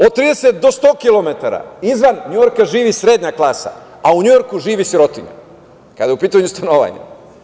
Od 30 do 100 kilometara izvan Njujorka živi srednja klasa, a u Njujorku živi sirotinja, kada je u pitanju stanovanje.